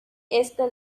este